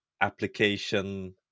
application